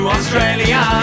Australia